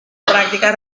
prácticas